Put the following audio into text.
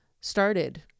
started